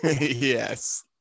Yes